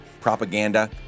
Propaganda